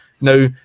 now